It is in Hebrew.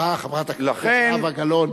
באה חברת הכנסת זהבה גלאון,